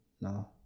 No